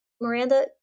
Miranda